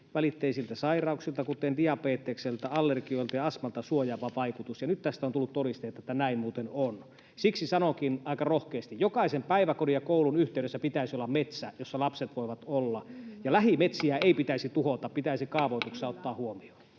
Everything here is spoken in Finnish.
immuunivälitteisiltä sairauksilta, kuten diabetekselta, allergioilta ja astmalta, suojaava vaikutus. Nyt tästä on tullut todisteet, että näin muuten on. Siksi sanonkin aika rohkeasti: jokaisen päiväkodin ja koulun yhteydessä pitäisi olla metsä, jossa lapset voivat olla, ja lähimetsiä ei pitäisi tuhota. Tämä pitäisi kaavoituksessa ottaa huomioon.